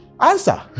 Answer